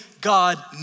God